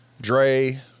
Dre